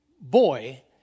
boy